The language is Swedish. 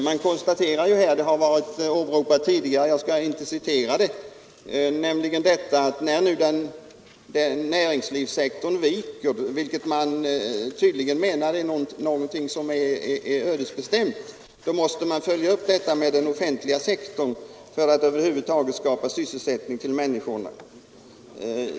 Det konstateras där — detta har åberopats tidigare, så jag skall inte citera det — att när nu sysselsättningen inom näringslivssektorn viker, vilket man tydligen menar är ödesbestämt, så måste sysselsättningen inom den offentliga sektorn öka för att skapa sysselsättning åt människorna.